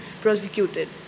prosecuted